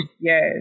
Yes